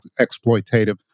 exploitative